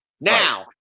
Now